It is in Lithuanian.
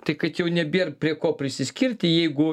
tai kad jau nebėr prie ko prisiskirti jeigu